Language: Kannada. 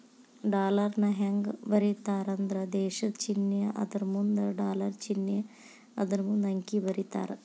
ಡಾಲರ್ನ ಹೆಂಗ ಬರೇತಾರಂದ್ರ ದೇಶದ್ ಚಿನ್ನೆ ಅದರಮುಂದ ಡಾಲರ್ ಚಿನ್ನೆ ಅದರಮುಂದ ಅಂಕಿ ಬರೇತಾರ